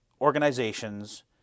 organizations